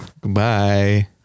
Goodbye